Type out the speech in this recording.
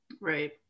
Right